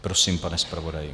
Prosím, pane zpravodaji.